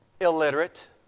illiterate